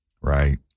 Right